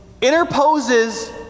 interposes